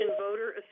voter